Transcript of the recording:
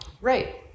Right